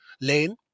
lane